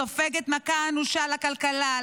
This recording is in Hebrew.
סופגת מכה אנושה לכלכלה,